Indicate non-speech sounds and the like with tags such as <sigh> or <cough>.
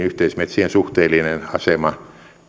<unintelligible> yhteismetsien suhteellinen asema